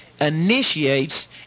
initiates